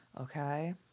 Okay